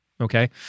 okay